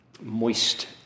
moist